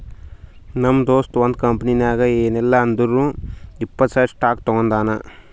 ನಮ್ ದೋಸ್ತ ಒಂದ್ ಕಂಪನಿನಾಗ್ ಏನಿಲ್ಲಾ ಅಂದುರ್ನು ಇಪ್ಪತ್ತ್ ಸಾವಿರ್ ಸ್ಟಾಕ್ ತೊಗೊಂಡಾನ